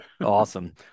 Awesome